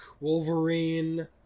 Wolverine